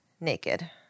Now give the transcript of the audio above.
naked